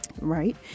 right